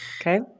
Okay